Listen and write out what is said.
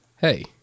Hey